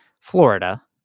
Florida